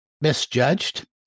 misjudged